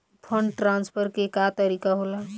Fund transfer के का तरीका होला?